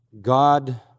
God